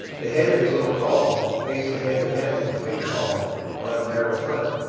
the head of his little column faced the head of hampton's big column on a narrow front,